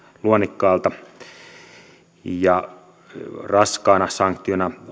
luonnikkaalta raskaana sanktiona